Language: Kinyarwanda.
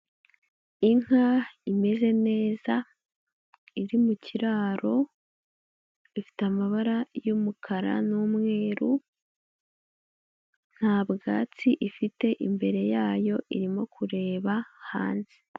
Inka imeze neza iri mu kiraro, ifite amabara y'umukara n'umweru, nta bwatsi ifite imbere yayo, irimo kureba hanze.